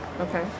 Okay